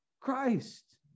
Christ